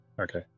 okay